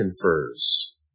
confers